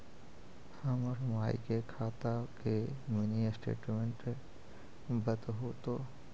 हमर माई के खाता के मीनी स्टेटमेंट बतहु तो?